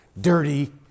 dirty